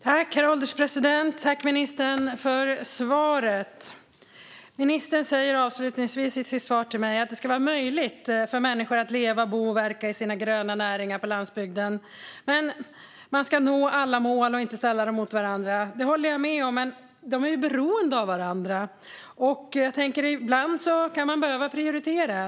Herr ålderspresident! Jag tackar ministern för svaret. Ministern säger avslutningsvis i sitt svar till mig att det ska vara möjligt för människor att leva, bo och verka i sina gröna näringar på landsbygden. Man ska nå alla mål och inte ställa dem mot varandra. Det håller jag med om. Men de är ju beroende av varandra, och ibland kan man behöva prioritera.